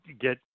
Get